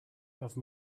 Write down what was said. have